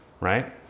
right